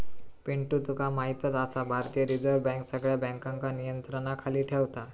पिंटू तुका म्हायतच आसा, भारतीय रिझर्व बँक सगळ्या बँकांका नियंत्रणाखाली ठेवता